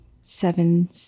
seven